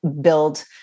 build